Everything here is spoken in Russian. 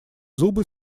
зубы